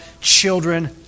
children